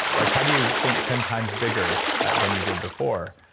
like how do you think ten times bigger than you did before?